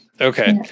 Okay